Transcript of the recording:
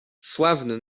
sławny